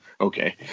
okay